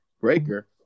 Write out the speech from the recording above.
Breaker